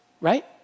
right